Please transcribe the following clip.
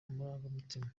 amarangamutima